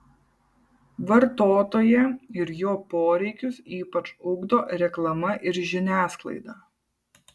vartotoją ir jo poreikius ypač ugdo reklama ir žiniasklaida